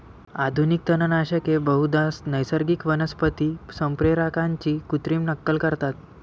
आधुनिक तणनाशके बहुधा नैसर्गिक वनस्पती संप्रेरकांची कृत्रिम नक्कल करतात